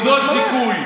נקודות זיכוי,